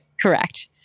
Correct